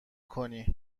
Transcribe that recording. کنی